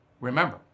remember